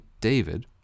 David